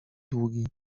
długi